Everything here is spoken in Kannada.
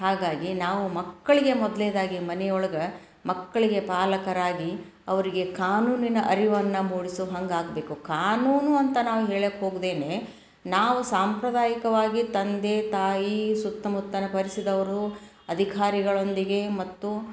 ಹಾಗಾಗಿ ನಾವು ಮಕ್ಕಳಿಗೆ ಮೊದಲ್ನೇದಾಗಿ ಮನೆ ಒಳಗೆ ಮಕ್ಕಳಿಗೆ ಪಾಲಕರಾಗಿ ಅವರಿಗೆ ಕಾನೂನಿನ ಅರಿವನ್ನು ಮೂಡಿಸೋ ಹಂಗೆ ಆಗಬೇಕು ಕಾನೂನು ಅಂತ ನಾವು ಹೇಳಕ್ಕೆ ಹೋಗ್ದೇ ನಾವು ಸಾಂಪ್ರದಾಯಿಕವಾಗಿ ತಂದೆ ತಾಯಿ ಸುತ್ತಮುತ್ತ ಪರಿಸಿದವ್ರು ಅಧಿಕಾರಿಗಳೊಂದಿಗೆ ಮತ್ತು